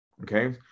Okay